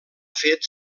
fet